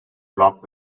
block